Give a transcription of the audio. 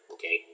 Okay